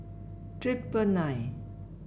triple nine